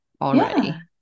already